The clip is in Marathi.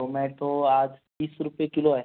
टोमॅटो आज तीस रूपये किलो आहे